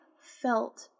felt